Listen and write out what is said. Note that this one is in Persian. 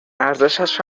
ارزشش